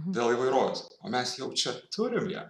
dėl įvairovės o mes jau čia turim ją